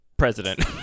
president